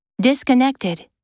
Disconnected